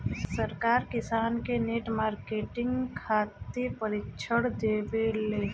सरकार किसान के नेट मार्केटिंग खातिर प्रक्षिक्षण देबेले?